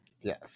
Yes